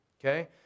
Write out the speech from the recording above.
okay